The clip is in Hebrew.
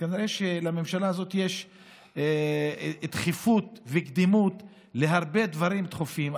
כנראה שלממשלה הזאת יש דחיפות וקדימות להרבה דברים דחופים,